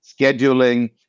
scheduling